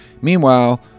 Meanwhile